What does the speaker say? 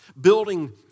building